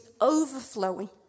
overflowing